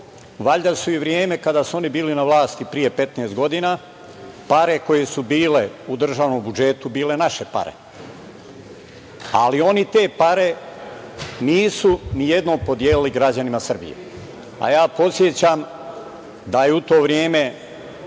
valjda su i u vreme kada su oni bili na vlasti pre 15 godina, pare koje su bile u državnom budžetu, bile naše pare, ali oni te pare nisu ni jednom podelili građanima Srbije. Podsećam da je u to vreme